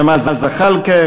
ג'מאל זחאלקה,